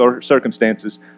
circumstances